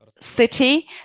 city